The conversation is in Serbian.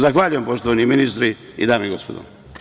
Zahvaljujem, poštovani ministri i dame i gospodo.